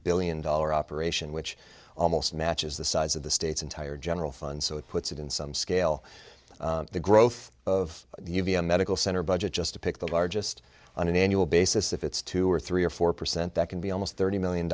billion dollar operation which almost matches the size of the state's entire general fund so it puts it in some scale the growth of u v a medical center budget just to pick the largest on an annual basis if it's two or three or four percent that can be almost thirty million